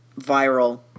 viral